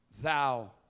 Thou